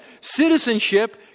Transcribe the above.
citizenship